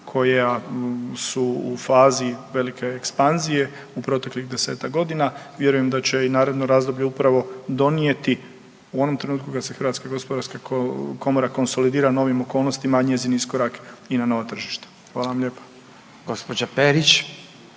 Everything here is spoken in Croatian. koja su u fazi velike ekspanzije u proteklih 10-tak godina. Vjerujem da će i naredno razdoblje upravo donijeti u onom trenutku kad se HGK konsolidira novim okolnostima, a njezin iskorak i na nova tržišta. Hvala vam lijepo. **Radin, Furio